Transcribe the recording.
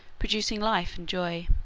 producing life and joy.